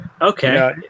okay